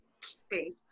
space